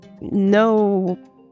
no